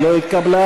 התקבלה.